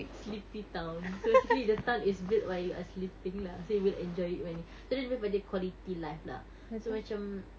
sleepy town so basically the town is built while you are sleeping lah so you will enjoy it when you so dia lebih daripada quality life lah so macam